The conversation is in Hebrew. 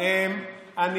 אני